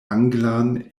anglan